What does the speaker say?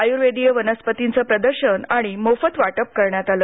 आयुर्वेदीय वनस्पतींचे प्रदर्शन आणि मोफत वाटप करण्यात आले